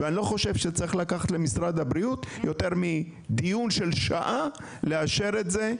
ואני לא חושב שצריך לקחת למשרד הבריאות יותר מדיון של שעה לאשר את זה,